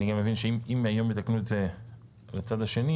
אני גם מבין שאם היום יתקנו את זה לצד השני,